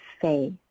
faith